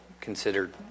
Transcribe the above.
considered